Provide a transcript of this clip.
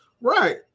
right